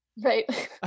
Right